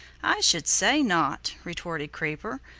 i should say not, retorted creeper.